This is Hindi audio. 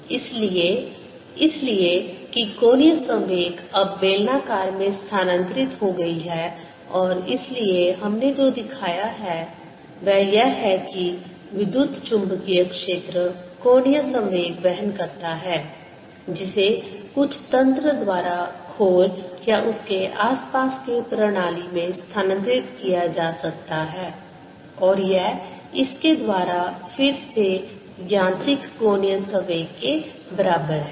Net torque02dKdt Net angular momentum of the system02K इसलिए इसलिए कि कोणीय संवेग अब बेलनाकार में स्थानांतरित हो गई है और इसलिए हमने जो दिखाया है वह है कि विद्युत चुम्बकीय क्षेत्र कोणीय संवेग वहन करता है जिसे कुछ तंत्र द्वारा खोल या उसके आसपास के प्रणाली में स्थानांतरित किया जा सकता है और यह इसके द्वारा फिर से यांत्रिक कोणीय संवेग के बराबर है